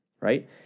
right